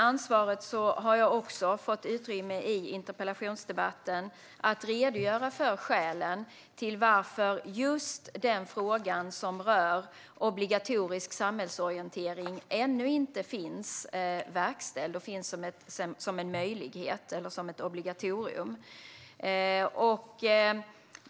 Jag har också i interpellationsdebatten fått utrymme att redogöra för skälen till att just detta som rör obligatorisk samhällsorientering ännu inte har verkställts och finns med som ett obligatorium.